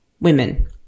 women